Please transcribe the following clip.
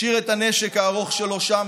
משאיר את הנשק הארוך שלו שם,